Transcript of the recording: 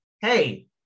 hey